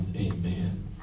Amen